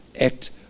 act